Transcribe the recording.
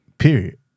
Period